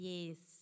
Yes